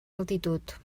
altitud